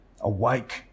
Awake